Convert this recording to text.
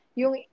yung